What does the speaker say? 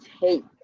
take